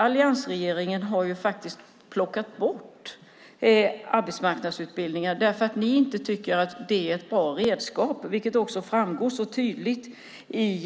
Alliansregeringen har plockat bort arbetsmarknadsutbildningar därför att ni inte tycker att de är ett bra redskap, vilket också framgår tydligt i